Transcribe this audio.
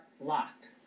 locked